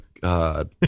God